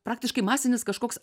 praktiškai masinis kažkoks